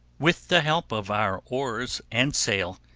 with the help of our oars and sail,